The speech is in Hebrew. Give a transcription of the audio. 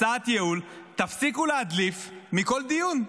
הצעת ייעול: תפסיקו להדליף מכל דיון.